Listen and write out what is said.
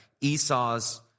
Esau's